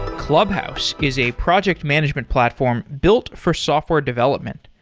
clubhouse is a project management platform built for software development.